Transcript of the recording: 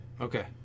Okay